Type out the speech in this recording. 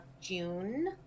June